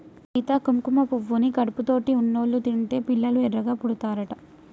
సీత కుంకుమ పువ్వుని కడుపుతోటి ఉన్నోళ్ళు తింటే పిల్లలు ఎర్రగా పుడతారట